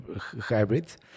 hybrids